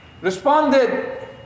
responded